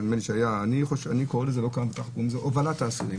אני קורא לזה הובלת האסירים